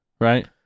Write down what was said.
right